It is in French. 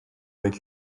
avec